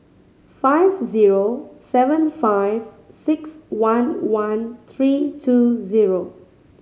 five zero seven five six one one three two zero